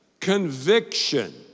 conviction